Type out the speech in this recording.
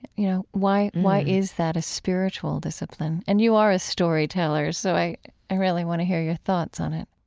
you know, why why is that a spiritual discipline? and you are a storyteller, so i i really want to hear your thoughts on it